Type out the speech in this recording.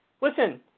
Listen